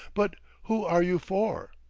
but who are you for?